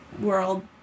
world